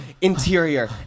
interior